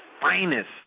finest